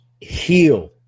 heal